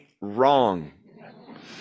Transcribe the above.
Wrong